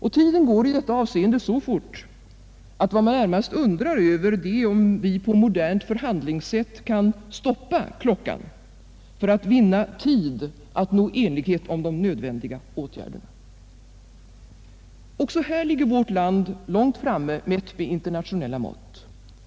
Och tiden går i detta avseende så fort att vad man närmast undrar över är om vi på modernt förhandlingssätt kan stoppa klockan för att vinna tid att nå enighet om de nödvändiga åtgärderna. Också här ligger vårt land långt framme, mätt med internationella mått.